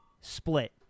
split